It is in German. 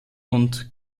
und